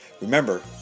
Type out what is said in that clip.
Remember